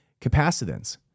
capacitance